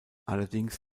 allerdings